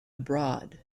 abroad